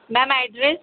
ma'am address